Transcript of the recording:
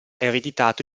ereditato